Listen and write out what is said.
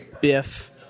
Biff